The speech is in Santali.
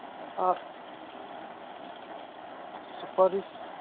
ᱟᱨ ᱥᱩᱯᱟᱨᱤᱥ